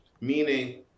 Meaning